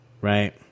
Right